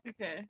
Okay